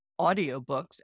audiobooks